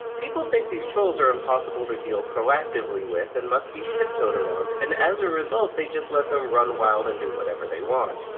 people think that these trolls are impossible to deal proactively with and must be tiptoed around, and as a result, they just let them run wild and do whatever they want.